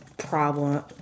problem